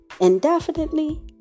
indefinitely